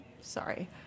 sorry